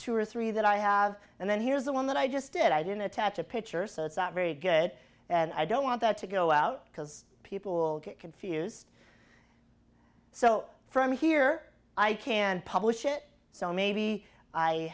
two or three that i have and then here's the one that i just did i didn't attach a picture so it's not very good and i don't want that to go out because people get confused so from here i can publish it so maybe i